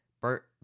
Bert